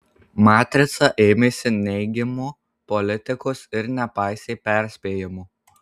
matrica ėmėsi neigimo politikos ir nepaisė perspėjimo